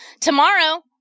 Tomorrow